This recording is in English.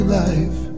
life